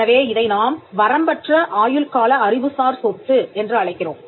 எனவே இதை நாம் வரம்பற்ற ஆயுள்கால அறிவுசார் சொத்து என்று அழைக்கிறோம்